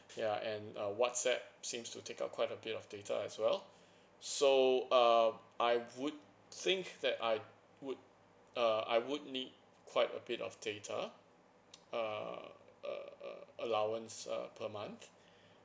ya and uh whatsapp seems to take up quite a bit of data as well so um I would think that I would uh I would need quite a bit of data uh a a allowance uh per month